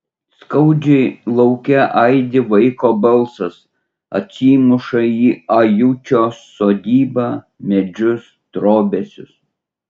skaudžiai lauke aidi vaiko balsas atsimuša į ajučio sodybą medžius trobesius